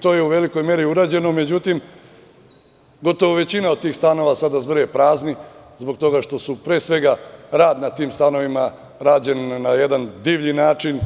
To je u velikoj meri urađeno, međutim, gotovo većina od tih stanova sada zvrje prazni, zbog toga što je pre svega rad na tim stanovima rađen na jedan divlji način,